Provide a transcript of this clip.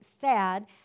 sad